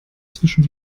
zwischen